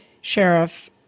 Sheriff